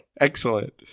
Excellent